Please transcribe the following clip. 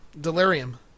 delirium